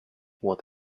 what